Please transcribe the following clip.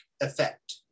effect